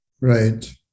Right